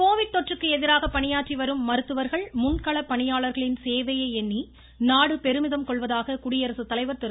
Covid தொற்றுக்கு எதிராக பணியாற்றிவரும் மருத்துவர்கள் முன் கள பணியாளர்களின் சேவையை எண்ணி நாடு பெருமிதம் கொள்வதாக குடியரசு தலைவர் திரு